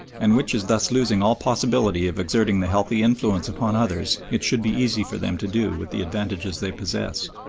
and which is thus losing all possibility of exerting the healthy influence upon others it should be easy for them to do with the advantages they possess,